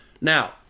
Now